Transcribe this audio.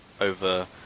over